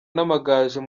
n’amagaju